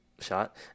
shot